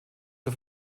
für